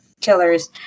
killers